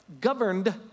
governed